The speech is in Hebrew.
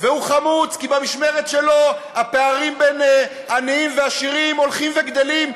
והוא חמוץ כי במשמרת שלו הפערים בין עניים לעשירים הולכים וגדלים,